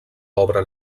obra